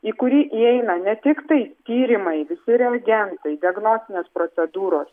į kurį įeina ne tiktai tyrimai visi reagentai diagnostinės procedūros